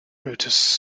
brutus